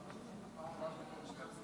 אדוני